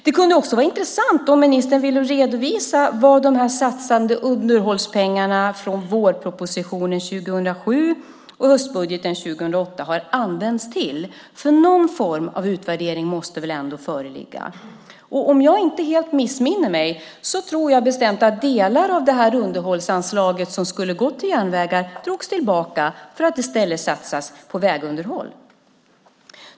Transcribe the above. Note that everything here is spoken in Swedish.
Det kunde också vara intressant om ministern ville redovisa vad de satsade underhållspengarna från vårpropositionen 2007 och höstbudgeten 2008 har använts till. Någon form av utvärdering måste väl ändå föreligga? Om jag inte helt missminner mig tror jag bestämt att delar av det här underhållsanslaget, som skulle ha gått till järnvägar, drogs tillbaka för att i stället satsas på vägunderhåll.